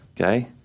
Okay